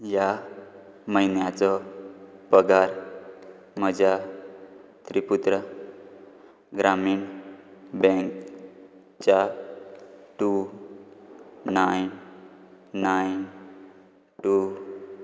ह्या म्हयन्याचो पगार म्हज्या त्रिपुत्रा ग्रामीण बँकच्या two nine nine two three